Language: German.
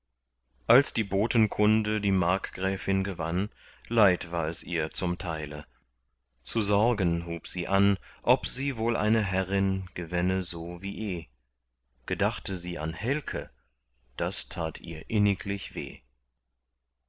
als die botenkunde die markgräfin gewann leid war es ihr zum teile zu sorgen hub sie an ob sie wohl eine herrin gewänne so wie eh gedachte sie an helke das tat ihr inniglich weh